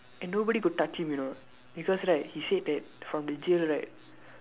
and nobody could touch him you know because right he said that from the jail right